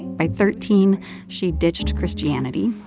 by thirteen, she ditched christianity.